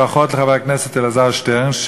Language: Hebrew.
ברכות לחבר הכנסת אלעזר שטרן,